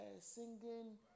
singing